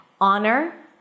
honor